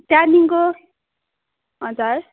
त्यहाँदेखिको हजुर